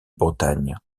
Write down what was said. bretagne